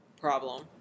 problem